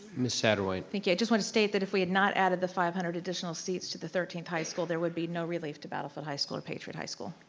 miss saderwhite. thank you, i just wanna state that if we had not added the five hundred additional seats to the thirteenth high school there would be no relief to battlefield high school and patriot high school.